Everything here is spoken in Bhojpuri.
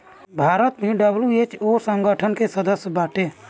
भारत भी डब्ल्यू.एच.ओ संगठन के सदस्य बाटे